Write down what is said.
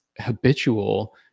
habitual